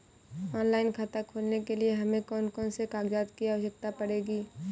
Online खाता खोलने के लिए हमें कौन कौन से कागजात की आवश्यकता पड़ेगी?